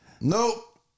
Nope